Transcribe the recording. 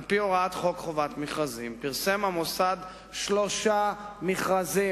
1. על-פי הוראת חוק חובת המכרזים פרסם המוסד שלושה מכרזים,